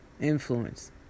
influence